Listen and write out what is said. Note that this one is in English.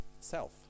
self